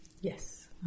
yes